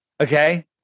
Okay